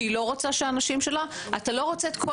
שהיא לא רוצה שהאנשים שלה אתה לא רוצה את כל